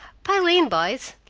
pile in, boys!